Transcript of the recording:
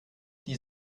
die